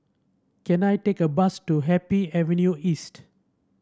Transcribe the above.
can I take a bus to Happy Avenue East